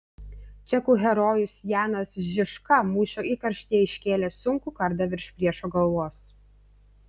čekų herojus janas žižka mūšio įkarštyje iškėlė sunkų kardą virš priešo galvos